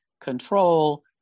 control